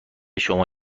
شما